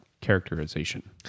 characterization